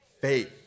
Faith